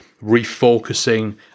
refocusing